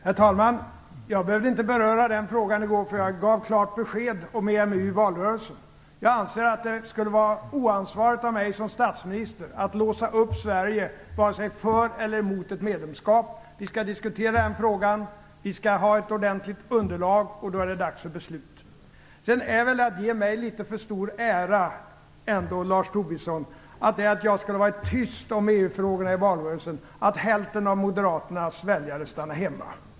Herr talman! Jag behövde inte beröra den frågan i går, därför att jag gav klart besked om EMU i valrörelsen. Jag anser att det skulle vara oansvarigt av mig som statsminister att låsa upp Sverige vare sig för eller emot ett medlemskap. Vi skall diskutera frågan och ha ett ordentligt underlag, och då är det dags för beslut. Det är väl att ge mig litet för stora ära, Lars Tobisson, att säga att detta att jag skulle ha varit tyst om EU-frågorna i valrörelsen gjorde att hälften av Moderaternas väljare stannade hemma.